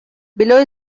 below